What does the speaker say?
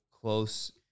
close